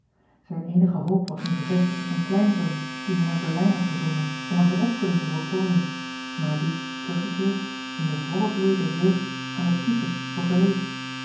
zijne eenige hoop was nu gevestigd op een kleinzoon dien hij naar berlijn had gezonden om er zijne opvoeding te voltooien maar die teruggekeerd in den vollen bloei der jeugd aan den typhus overleed